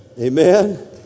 Amen